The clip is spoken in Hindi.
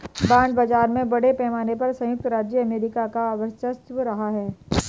बॉन्ड बाजार में बड़े पैमाने पर सयुक्त राज्य अमेरिका का वर्चस्व रहा है